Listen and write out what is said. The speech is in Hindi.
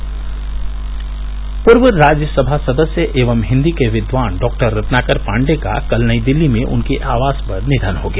पूर्व सांसद निवन पूर्व राज्यसभा सदस्य एवं हिन्दी के विद्वान डॉक्टर रत्नाकर पाण्डेय का कल नई दिल्ली में उनके आवास पर निघन हो गया